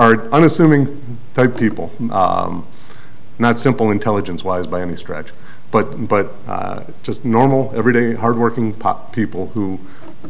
unassuming people not simple intelligence wise by any stretch but but just normal everyday hardworking people who